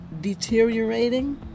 deteriorating